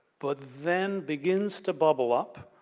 but then begins to bubble up,